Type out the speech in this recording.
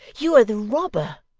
you are the robber